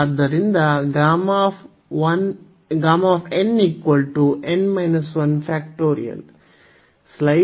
ಆದ್ದರಿಂದ Γ